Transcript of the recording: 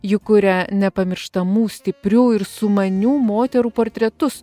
ji kuria nepamirštamų stiprių ir sumanių moterų portretus